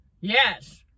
Yes